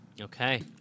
Okay